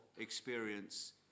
experience